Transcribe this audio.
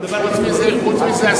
חוץ מזה,